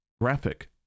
graphic